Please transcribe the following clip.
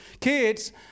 Kids